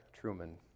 Truman